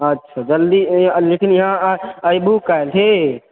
अच्छा जल्दी लेकिन यहाँ आबू काल्हि की